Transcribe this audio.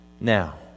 now